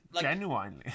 genuinely